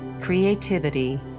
creativity